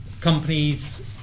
Companies